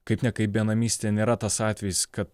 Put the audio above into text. kaip ne kaip benamystė nėra tas atvejis kad